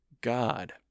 God